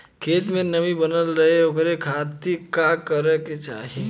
खेत में नमी बनल रहे ओकरे खाती का करे के चाही?